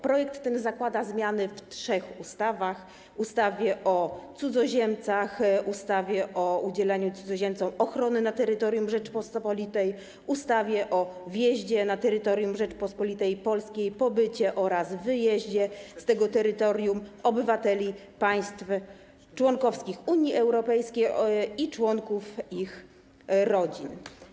Projekt ten zakłada zmiany w trzech ustawach: ustawie o cudzoziemcach, ustawie o udzielaniu cudzoziemcom ochrony na terytorium Rzeczypospolitej, ustawie o wjeździe na terytorium Rzeczpospolitej Polskiej, pobycie oraz wyjeździe z tego terytorium obywateli państw członkowskich Unii Europejskiej i członków ich rodzin.